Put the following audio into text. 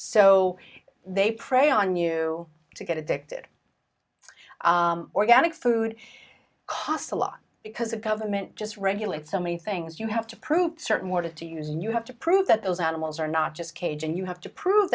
so they prey on you to get addicted organic food costs a lot because the government just regulates so many things you have to prove certain order to use and you have to prove that those animals are not just cage and you have to prove